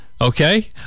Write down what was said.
Okay